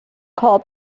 call